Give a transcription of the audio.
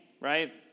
right